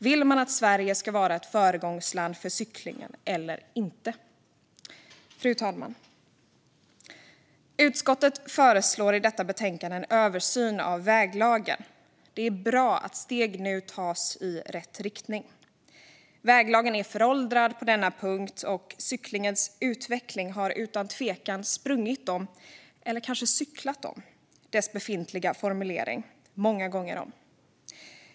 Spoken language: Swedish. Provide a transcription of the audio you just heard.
Vill man att Sverige ska bli ett föregångsland för cykling eller inte? Fru talman! Utskottet föreslår i betänkandet en översyn av väglagen. Det är bra att steg nu tas i rätt riktning. Väglagen är föråldrad på denna punkt, och cyklingens utveckling har utan tvekan sprungit om, eller kanske cyklat om, dess befintliga formulering många gånger om.